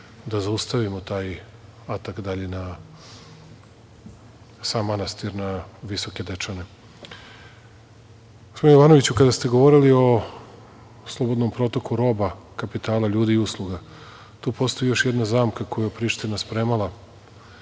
da zaustavimo taj atak dalji na sam manastir, na Visoke Dečane. Gospodine Jovanoviću kada ste govorili o slobodnom protoku roba, kapitalu ljudi i usluga, tu postoji još jedna zamka koju je Priština spremala.